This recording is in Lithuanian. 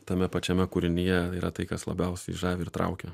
tame pačiame kūrinyje yra tai kas labiausiai žavi ir traukia